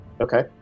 Okay